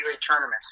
tournament